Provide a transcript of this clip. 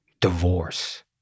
divorce